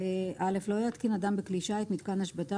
לא יתקין אדם בכלי שיט מיתקן השבתה